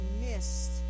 missed